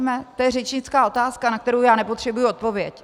To je řečnická otázka, na kterou nepotřebuji odpověď.